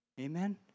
Amen